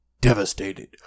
devastated